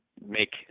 make